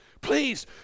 Please